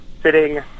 sitting